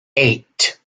eight